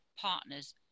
partners